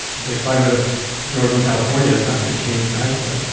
the climate of northern california is not gonna change magically,